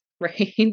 right